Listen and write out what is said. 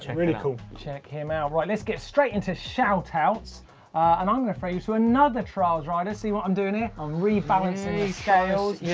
really cool. check him out, right, let's get straight into shout outs and i'm gonna throw you to another trials rider. see what i'm doing here? ah i'm rebalancing the scales. yeah